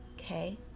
okay